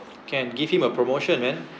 can give him a promotion man